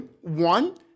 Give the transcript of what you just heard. one